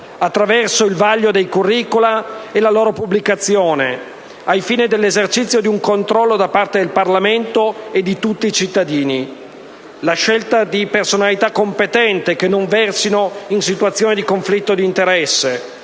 attraverso il vaglio dei *curricula* e la loro pubblicazione, ai fini dell'esercizio di un controllo da parte del Parlamento e di tutti i cittadini, e la scelta di personalità competenti che non versino in situazioni di conflitto di interesse,